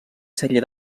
sèrie